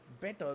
better